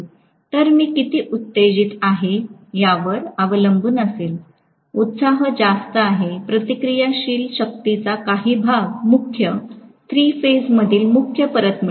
तर मी किती उत्तेजित आहे यावर अवलंबून असेल उत्साह जास्त आहे प्रतिक्रियाशील शक्तीचा काही भाग मुख्य थ्री फेज मधील मुख्य परत मिळेल